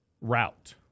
route